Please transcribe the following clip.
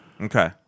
Okay